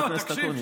חבר הכנסת אקוניס.